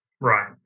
Right